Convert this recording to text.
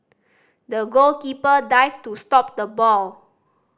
the goalkeeper dived to stop the ball